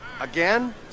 again